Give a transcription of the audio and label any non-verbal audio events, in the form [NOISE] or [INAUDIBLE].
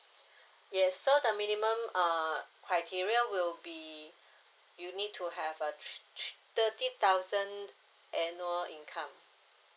[BREATH] yes so the minimum uh criteria will be [BREATH] you need to a three three thirty thousand annual income